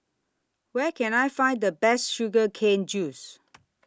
Where Can I Find The Best Sugar Cane Juice